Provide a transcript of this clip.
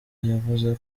yavuze